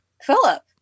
Philip